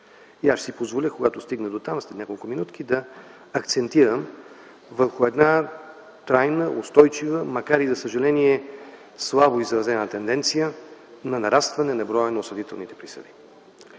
Аз ще си позволя, когато стигна дотам след няколко минутки, да акцентирам върху една трайна, устойчива, макар и за съжаление слабо изразена тенденция на нарастване на броя на осъдителните присъди.